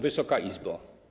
Wysoka Izbo!